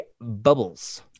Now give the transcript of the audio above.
Bubbles